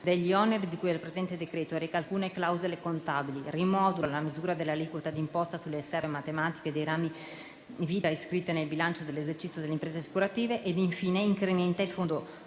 degli oneri di cui al presente decreto-legge e reca alcune clausole contabili, rimodula la misura dell'aliquota dell'imposta sulle riserve matematiche dei rami vita iscritte nel bilancio dell'esercizio delle imprese assicurative, ed infine, incrementa il Fondo